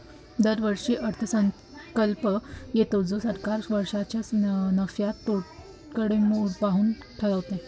दरवर्षी अर्थसंकल्प येतो जो सरकार वर्षाच्या नफ्या तोट्याकडे पाहून ठरवते